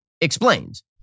explains